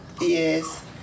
Yes